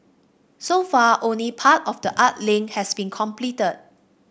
so far only part of the art link has been completed